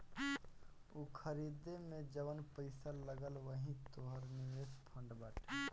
ऊ खरीदे मे जउन पैसा लगल वही तोहर निवेश फ़ंड बाटे